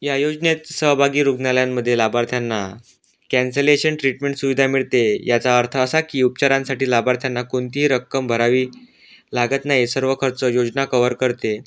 या योजनेत सहभागी रुग्णालयांमध्ये लाभार्थ्यांना कॅन्सलेशन ट्रीटमेंट सुविधा मिळते याचा अर्थ असा की उपचारांसाठी लाभार्थ्यांना कोणतीही रक्कम भरावी लागत नाही सर्व खर्च योजना कव्हर करते